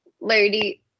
Lady